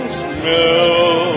smell